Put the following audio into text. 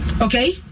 Okay